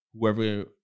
whoever